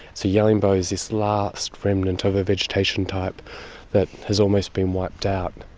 so yellingbo is this last remnant of a vegetation type that has almost been wiped out.